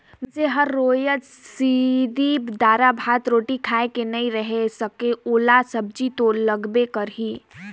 मइनसे हर रोयज सिरिफ दारा, भात, रोटी खाए के नइ रहें सके ओला सब्जी तो लगबे करही